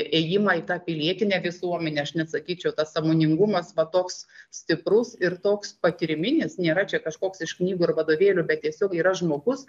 ėjimą į tą pilietinę visuomenę aš net sakyčiau tas sąmoningumas va toks stiprus ir toks patyriminis nėra čia kažkoks iš knygų ir vadovėlių bet tiesiog yra žmogus